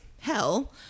hell